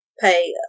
pay